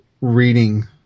reading